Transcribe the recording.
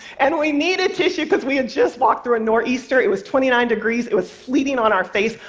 and we needed tissue because we had just walked through a nor'easter it was twenty nine degrees, it was sleeting on our faces.